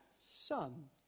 son